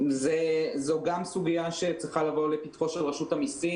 זו גם סוגיה שצריכה לבוא לפתחה של רשות המסים.